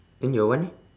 then your one eh